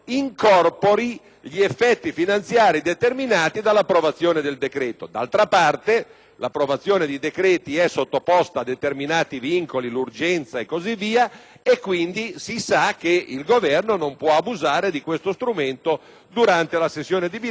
gli effetti finanziari determinati dall'approvazione del decreto. D'altra parte, l'approvazione di decreti è sottoposta a determinati vincoli, l'urgenza e così via, e quindi si sa che il Governo durante la sessione di bilancio non